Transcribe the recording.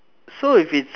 so if it's